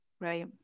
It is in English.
Right